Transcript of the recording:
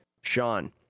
Sean